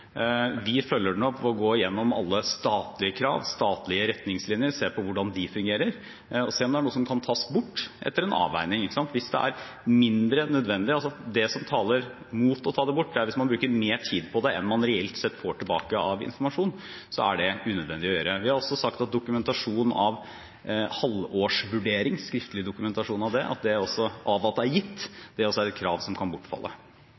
Vi følger den opp ved å gå igjennom alle statlige krav, statlige retningslinjer, se på hvordan de fungerer, og se om det er noe som kan tas bort etter en avveining, hvis det er mindre nødvendig. Det som taler mot å ta det bort, er hvis man bruker mer tid på det enn man reelt sett får tilbake av informasjon – da er det unødvendig å gjøre. Vi har også sagt at dokumentasjon av halvårsvurdering, skriftlig dokumentasjon av at det er gitt, også er et krav som kan bortfalle.